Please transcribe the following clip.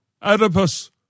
Oedipus